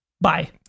Bye